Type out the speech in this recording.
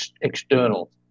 external